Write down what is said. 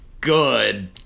good